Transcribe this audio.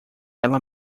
ela